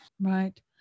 Right